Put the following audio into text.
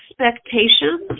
expectations